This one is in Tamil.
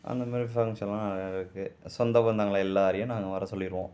அந்த மாதிரி ஃபங்க்ஷன்லாம் நிறையாவே இருக்குது சொந்த பந்தங்களை எல்லாரையும் நாங்கள் வரச்சொல்லிருவோம்